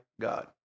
God